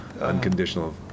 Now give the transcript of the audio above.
Unconditional